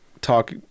talk